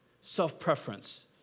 self-preference